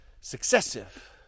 successive